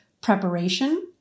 preparation